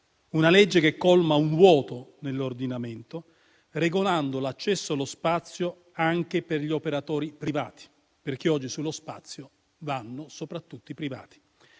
una legge che colma un vuoto nell'ordinamento, regolando l'accesso allo spazio anche per gli operatori privati - perché oggi nello spazio vanno soprattutto i privati